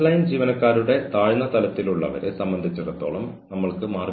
തുടർന്ന് അവരുടെ സാഹചര്യത്തോട് കഴിയുന്നിടത്തോളം സമ്മതിക്കുക